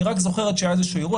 היא רק זוכרת שהיה איזשהו אירוע,